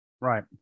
right